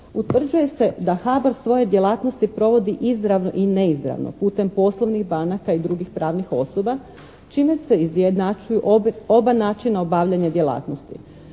utvrđuje se da HABOR svoje djelatnosti provodi izravno i neizravno putem poslovnih i banaka i drugih pravnih osoba čime se izjednačuju oba načina obavljanja djelatnosti.